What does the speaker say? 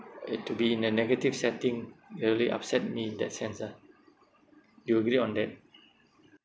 uh to be in a negative setting really upset me that sense lah you agree on that